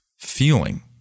feeling